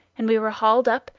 and we were hauled up,